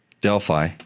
Delphi